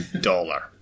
Dollar